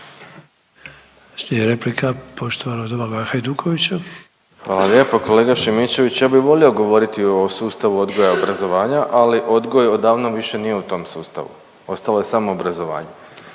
Hvala lijepo. Kolega Šimičević ja bi volio govoriti o sustavu odgoja i obrazovanja ali odgoj odavno više nije u tom sustavu, ostalo je samo obrazovanje.